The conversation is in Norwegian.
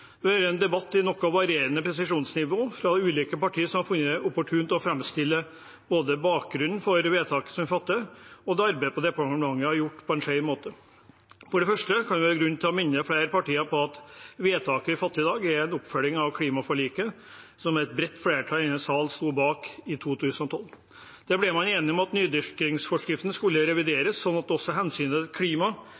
Det har vært en debatt med noe varierende presisjonsnivå fra ulike partier, som har funnet det opportunt å framstille både bakgrunnen for vedtaket som vi fatter, og det arbeidet departementet har gjort, på en skjev måte. For det første kan det være grunn til å minne flere partier på at vedtaket vi fatter i dag, er en oppfølging av klimaforliket i 2012, som et bredt flertall i denne salen sto bak. Der ble man enig om at nydyrkingsforskriften skulle